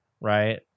right